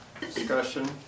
Discussion